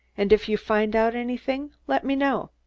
and if you find out anything, let me know!